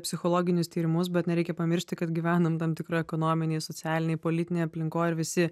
psichologinius tyrimus bet nereikia pamiršti kad gyvenam tam tikroj ekonominėj socialinėj politinėj aplinkoj ir visi